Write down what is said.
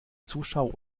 zuschauer